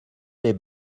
les